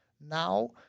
now